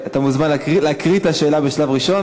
אתה מוזמן להקריא את השאלה בשלב ראשון,